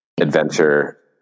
adventure